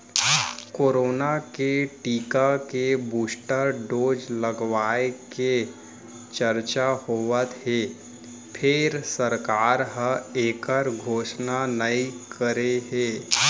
corona के टीका के बूस्टर डोज लगाए के चरचा होवत हे फेर सरकार ह एखर घोसना नइ करे हे